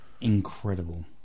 Incredible